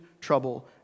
trouble